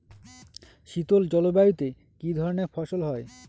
শীতল জলবায়ুতে কি ধরনের ফসল হয়?